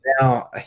Now